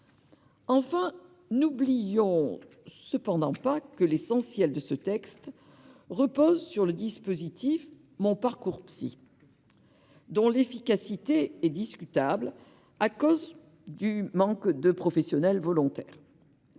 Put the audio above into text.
Enfin, n'oublions pas que l'essentiel de ce texte repose sur le dispositif MonParcoursPsy, dont l'efficacité est discutable, en raison du manque de professionnels volontaires.